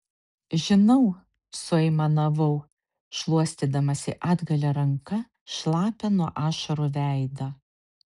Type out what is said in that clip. žinau suaimanavau šluostydamasi atgalia ranka šlapią nuo ašarų veidą